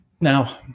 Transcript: Now